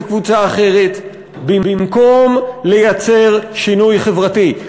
קבוצה אחרת במקום לייצר שינוי חברתי.